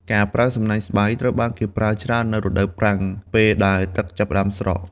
ការប្រើសំណាញ់ស្បៃ ត្រូវបានគេប្រើច្រើននៅរដូវប្រាំង ពេលដែលទឹកចាប់ផ្ដើមស្រក។